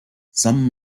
some